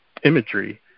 imagery